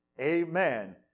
amen